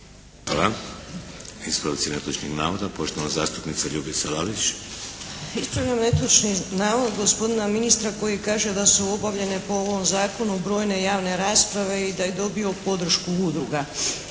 Hvala. Ispravci netočnih navoda. Poštovana zastupnica Ljubica Lalić. **Lalić, Ljubica (HSS)** Ispravljam netočni navod gospodina ministra koji kaže da su obavljene po ovom Zakonu brojne javne rasprave i da je dobio podršku udruga.